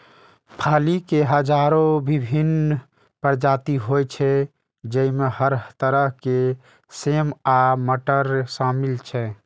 फली के हजारो विभिन्न प्रजाति होइ छै, जइमे हर तरह के सेम आ मटर शामिल छै